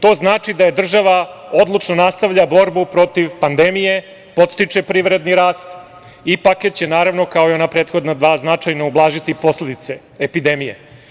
To znači da država odlučno nastavlja borbu protiv pandemije, podstiče privredni rast i paket će naravno, kao i ona prethodna dva, značajno ublažiti posledice epidemije.